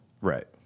right